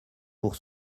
pour